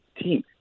team